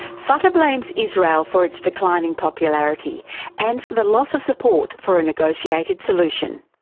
fatah blames israel for its declining popularity and for the loss of support for a negotiated solution.